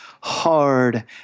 hard